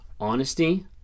honesty